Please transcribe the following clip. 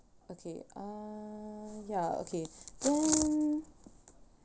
okay uh ya okay then